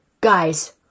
Guys